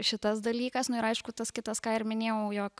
šitas dalykas nu ir aišku tas kitas ką ir minėjau jog